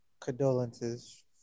Condolences